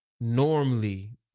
normally